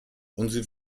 unsere